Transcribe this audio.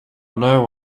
know